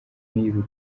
nk’ibi